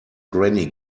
granny